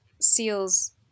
seals